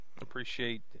Appreciate